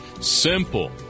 Simple